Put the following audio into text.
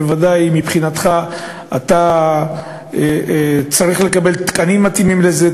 בוודאי מבחינתך אתה צריך לקבל תקנים מתאימים לזה,